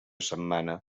setmana